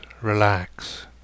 relax